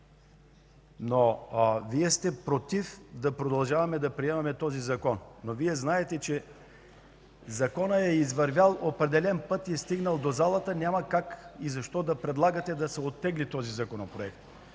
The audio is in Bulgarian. но Вие сте против да продължаваме да приемаме този Закон. Вие знаете, че Законът е извървял определен път и е стигнал до залата, няма как и защо да предлагате да се оттегли този Законопроект.